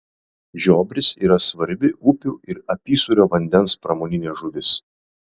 žiobris yra svarbi upių ir apysūrio vandens pramoninė žuvis